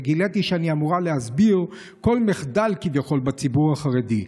וגיליתי שאני אמורה להסביר כל מחדל בציבור החרדי.